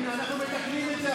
הינה, אנחנו מתקנים את זה עכשיו.